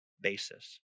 basis